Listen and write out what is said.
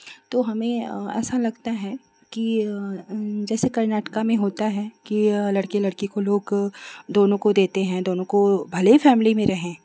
तो हमें ऐसा लगता है की जैसे कर्नाटका में होता है की लड़के लड़की को लोग दोनों को देते हैं दोनों को भले ही फैमिली में रहें